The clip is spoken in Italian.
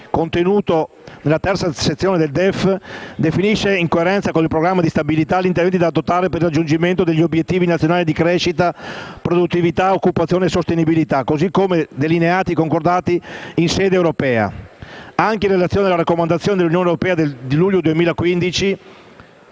contenuto nella terza sezione del DEF definisce, in coerenza con il Programma di stabilità, gli interventi da adottare per il raggiungimento degli obiettivi nazionali di crescita, produttività, occupazione e sostenibilità così come delineati e concordati in sede europea. Anche in relazione alle raccomandazioni dell'Unione europea di luglio 2015